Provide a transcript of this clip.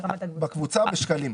בקבוצה בשקלים.